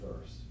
first